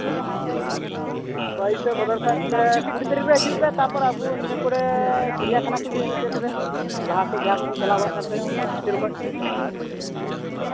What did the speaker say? ᱵᱟᱭᱤᱥᱮ ᱵᱷᱟᱫᱚᱨ ᱠᱷᱟᱱ ᱛᱚᱵᱮ ᱠᱩᱲᱤ ᱛᱟᱨᱤᱠᱷ ᱨᱮ ᱦᱤᱡᱩᱜ ᱯᱮ ᱛᱟᱨᱯᱚᱨ ᱟᱵᱚ ᱱᱤᱭᱟᱹ ᱠᱚᱨᱮᱫ ᱪᱤᱲᱤᱭᱟᱠᱷᱟᱱᱟ ᱠᱚᱧ ᱩᱫᱩᱜ ᱟᱯᱮᱭᱟ ᱛᱚᱵᱮ ᱞᱟᱦᱟ ᱠᱷᱚᱱ ᱡᱟᱦᱟᱸ ᱠᱚ ᱵᱚᱱ ᱪᱟᱞᱟᱣ ᱵᱟᱲᱟᱜ ᱠᱟᱱ ᱛᱟᱦᱮᱸᱫ ᱦᱳᱥᱴᱮᱞ ᱠᱷᱚᱱ